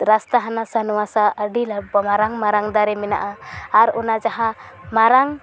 ᱨᱟᱥᱛᱟ ᱦᱟᱱᱟ ᱥᱟᱦ ᱱᱷᱟᱣᱟ ᱥᱟᱦ ᱟᱹᱰᱤ ᱢᱟᱨᱟᱝ ᱢᱟᱨᱟᱝ ᱫᱟᱨᱮ ᱢᱮᱱᱟᱜᱼᱟ ᱟᱨ ᱚᱱᱟ ᱡᱟᱦᱟᱸ ᱢᱟᱨᱟᱝ